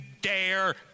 dare